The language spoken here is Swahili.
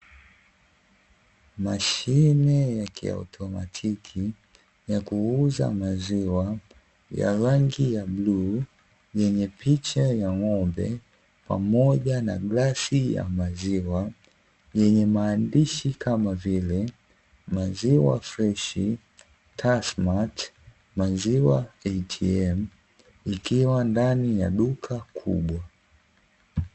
Mashine yakiotomatiki ya kuuza maziwa ya rangi ya bluu, yenye picha ya ng'ombe pamoja na glasi ya maziwa, yenye maandishi kama vile; "maziwa freshi, tasmati maziwa ATM” ikiwa ndani ya duka kubwa.